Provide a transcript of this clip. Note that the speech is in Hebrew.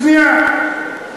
שנייה,